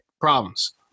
problems